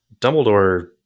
Dumbledore